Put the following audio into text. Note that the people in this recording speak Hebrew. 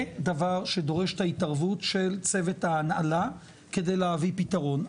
זה דבר שדורש את ההתערבות של צוות ההנהלה כדי להביא פתרון,